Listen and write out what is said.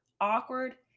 Awkward